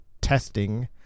testing